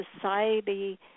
society